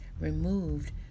removed